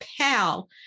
pal